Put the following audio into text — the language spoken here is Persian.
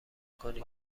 کنی